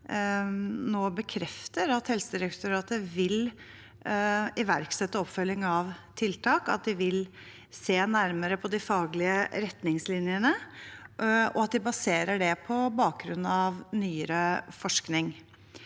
nå bekrefter at Helsedirektoratet vil iverksette oppfølging av tiltak, at de vil se nærmere på de faglige retningslinjene, og at de baserer det på bakgrunn av nyere forskning.